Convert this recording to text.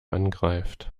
angreift